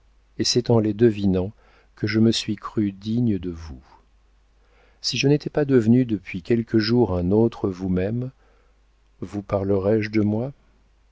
et c'est en les devinant que je me suis cru digne de vous si je n'étais pas devenu depuis quelques jours un autre vous-même vous parlerais je de moi